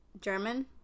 German